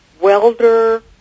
welder